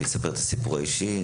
הוא יספר את הסיפור האישי,